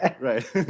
Right